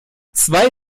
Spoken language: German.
zwei